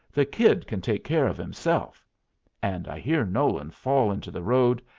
the kid can take care of himself and i hear nolan fall into the road,